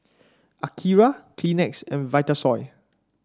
Akira Kleenex and Vitasoy